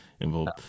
involved